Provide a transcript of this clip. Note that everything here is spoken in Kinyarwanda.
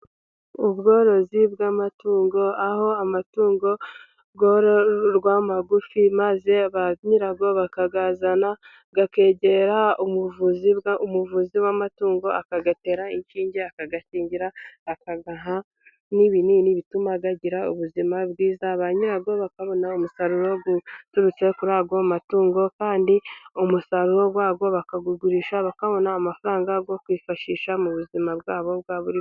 Ubworozi bw'amatungo, aho amatungo yororwa magufi maze ba nyirayo bakayazana akegera ubuvuzi, umuvuzi w'amatungo akayatera inshinge, akayakingira akayaha n'ibinini bituma agira ubuzima bwiza bakabona umusaruro uturutse kuri ya matungo kandi umusaruro wabo bakawugurisha bakabona amafaranga yo kwifashisha mu buzima bwabo bwa buri munsi.